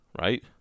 right